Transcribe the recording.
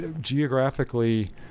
geographically